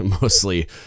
mostly